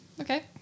Okay